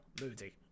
Moody